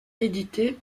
édité